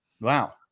wow